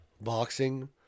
boxing